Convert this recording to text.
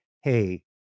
hey